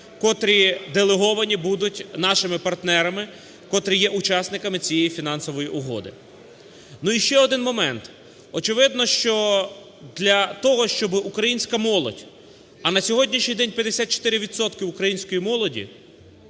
котрі делеговані будуть нашими партнерами, котрі є учасниками цієї фінансової угоди. Ну, і ще один момент. Очевидно, що для того, щоб українська молодь, а на сьогоднішній день 54 відсотки української молоді